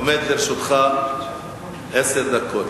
עומדות לרשותך עשר דקות,